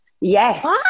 yes